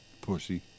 pussy